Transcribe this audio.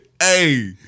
Hey